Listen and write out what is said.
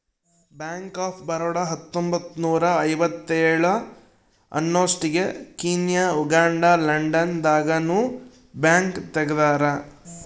bank of Baroda ಹತ್ತೊಂಬತ್ತ್ನೂರ ಐವತ್ತೇಳ ಅನ್ನೊಸ್ಟಿಗೆ ಕೀನ್ಯಾ ಉಗಾಂಡ ಲಂಡನ್ ದಾಗ ನು ಬ್ಯಾಂಕ್ ತೆಗ್ದಾರ